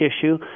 issue